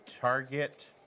target